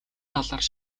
талаар